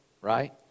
right